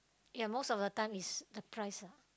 ya most of the time is the price lah